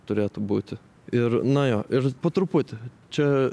turėtų būti ir na jo ir po truputį čia